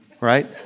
Right